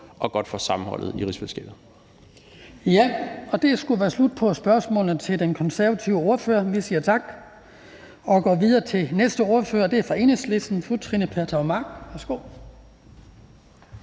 og godt for sammenholdet i rigsfællesskabet.